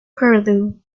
curlew